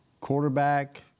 quarterback